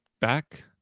back